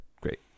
great